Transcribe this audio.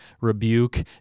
rebuke